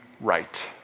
right